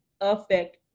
affect